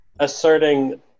asserting